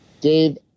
Dave